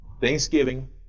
thanksgiving